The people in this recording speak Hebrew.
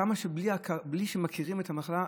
כמה בלי שמכירים את המחלה,